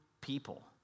people